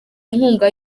inkunga